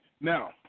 Now